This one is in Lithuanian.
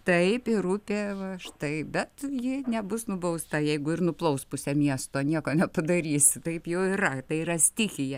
taip ir upė va štai bet ji nebus nubausta jeigu ir nuplaus pusę miesto nieko nepadarysi taip jau yra tai yra stichija